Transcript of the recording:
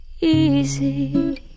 easy